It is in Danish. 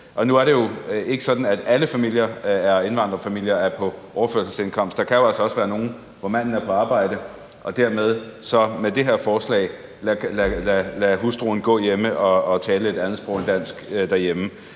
Nu er det jo ikke sådan, at alle indvandrerfamilier er på overførselsindkomst. Der kan jo altså også være nogle, hvor manden er på arbejde og dermed med det her forslag lader hustruen gå hjemme og tale et andet sprog end dansk derhjemme.